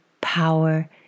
power